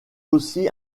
aussi